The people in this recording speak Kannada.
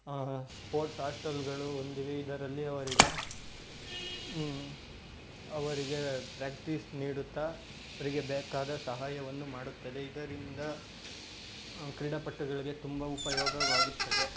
ಸ್ಪೋರ್ಟ್ಸ್ ಆಸ್ಟೆಲ್ಗಳು ಹೊಂದಿವೆ ಇದರಲ್ಲಿ ಅವರಿಗೆ ಅವರಿಗೆ ಪ್ರಾಕ್ಟೀಸ್ ನೀಡುತ್ತಾ ಅವರಿಗೆ ಬೇಕಾದ ಸಹಾಯವನ್ನು ಮಾಡುತ್ತದೆ ಇದರಿಂದ ಕ್ರೀಡಾಪಟುಗಳಿಗೆ ತುಂಬ ಉಪಯೋಗವಾಗುತ್ತದೆ